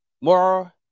more